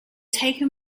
taken